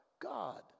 God